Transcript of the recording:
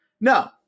No